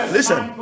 Listen